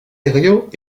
herriot